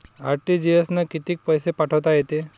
RTGS न कितीक पैसे पाठवता येते?